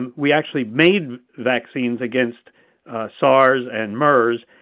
and we actually made vaccines against sars and mers.